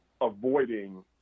avoiding